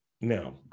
Now